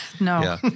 No